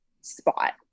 spot